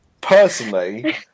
Personally